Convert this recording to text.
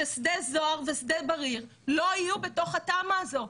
ששדה זוהר ושדה בריר לא יהיו בתוך התמ"א הזו,